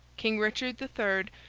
king richard the third,